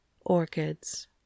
orchids